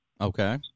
Okay